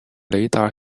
雷达